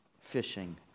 fishing